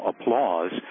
applause